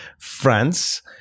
France